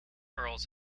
earls